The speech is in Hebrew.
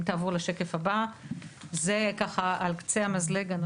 בשקף הבא תוכלו לראות את הנושא הזה על קצה המזלג.